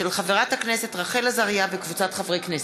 של חברת הכנסת רחל עזריה וקבוצת חברי הכנסת.